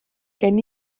gen